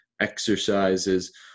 exercises